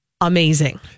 amazing